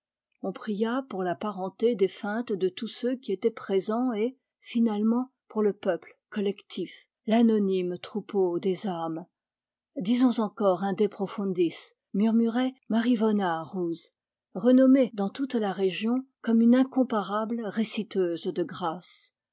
on pria pour la parenté défunte de tous ceux qui étaient présents et finalement pour le peuple collectif l'anonyme troupeau des âmes disons encore un de profundis murmurait mar'yvona rouz renommée dans toute la région comme une incomparable réciteuse de grâces